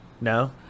no